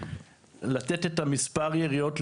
לתת מספר יריות,